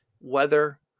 weather